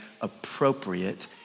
appropriate